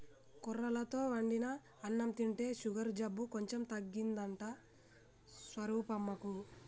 కొర్రలతో వండిన అన్నం తింటే షుగరు జబ్బు కొంచెం తగ్గిందంట స్వరూపమ్మకు